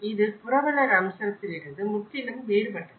இது புரவலர் அம்சத்திலிருந்து முற்றிலும் வேறுபட்டது